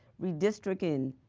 redistricting,